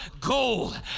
gold